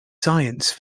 science